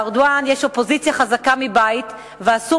לארדואן יש אופוזיציה חזקה מבית ואסור